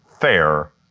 fair